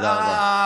תודה רבה.